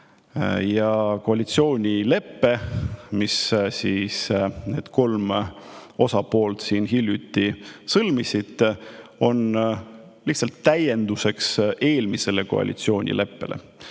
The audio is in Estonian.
Ja koalitsioonilepe, mille need kolm osapoolt hiljuti sõlmisid, on lihtsalt täienduseks eelmisele koalitsioonileppele.